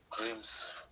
dreams